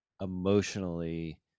emotionally